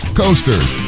coasters